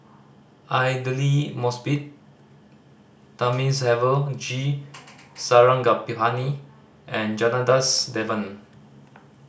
Aidli Mosbit Thamizhavel G Sarangapani and Janadas Devan